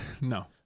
No